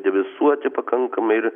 debesuoti pakankamai ir